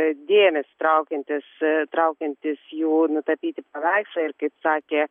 dėmesį traukiantys traukiantys jų nutapyti paveikslai ir kaip sakė